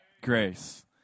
grace